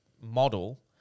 model